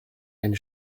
eine